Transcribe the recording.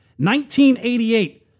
1988